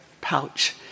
pouch